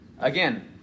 Again